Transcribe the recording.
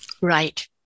Right